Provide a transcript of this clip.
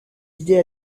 idées